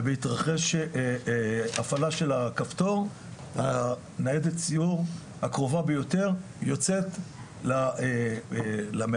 ובהתרחש הפעלה של הכפתור הניידת סיור הקרובה ביותר יוצאת למאיים,